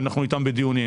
שאנחנו איתם בדיונים,